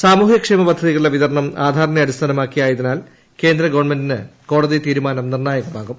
സാമൂഹ്യ ക്ഷേമ പദ്ധതികളുടെ വിതരണം ആധാറിനെ അടിസ്ഥാനമാക്കി ആയതിനാൽ കേന്ദ്രഗവൺമെന്റിന് കോടതി തീരുമാനം നിർണ്ണായകമാകും